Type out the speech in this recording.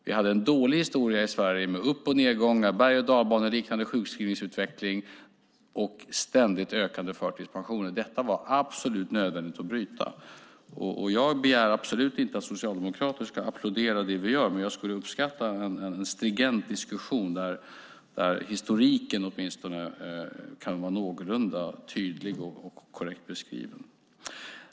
Vi hade en dålig historia i Sverige med upp och nedgångar, en bergochdalbaneliknande sjukskrivningsutveckling och ett ständigt ökande antal förtidspensioner. Detta var absolut nödvändigt att bryta. Jag begär absolut inte att socialdemokrater ska applådera det som vi gör, men jag skulle uppskatta en stringent diskussion där historiken åtminstone kan vara någorlunda tydlig och korrekt beskriven.